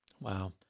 Wow